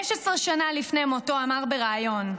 15 שנה לפני מותו אמר בריאיון: